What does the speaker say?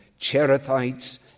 Cherethites